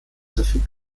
verfügt